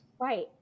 Right